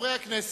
חברי הכנסת,